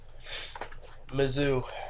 Mizzou